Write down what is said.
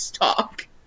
talk